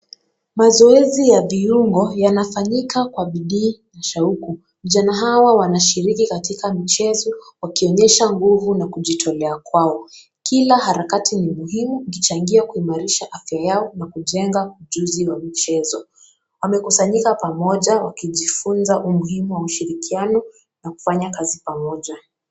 Mazoezi ya viungo yanafanyika kwa bidii shauku. Vijana hawa wanashiriki katika michezo wakionyesha nguvu na kujitolea kwao. Kila harakati ni muhimu ikichangia kuimarisha afya yao na kujanga ujuzi wa mchezo. Wamekusanyika pamoja wakijifunza umuhimu wa ushirikiano na kufanya kazi pamoja.